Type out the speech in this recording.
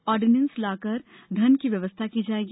ordnance लाकर धन की व्यवस्था की जायेगी